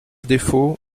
défaut